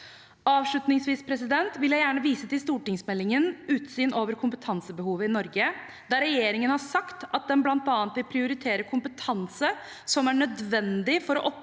Avslutningsvis vil jeg gjerne vise til stortingsmeldingen Utsyn over kompetansebehovet i Norge, der regjeringen har sagt at den bl.a. vil prioritere kompetanse som er nødvendig for å